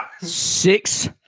Six